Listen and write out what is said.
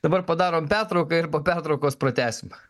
dabar padarom pertrauką ir po pertraukos pratęsime